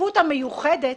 הדחיפות המיוחדת